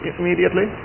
immediately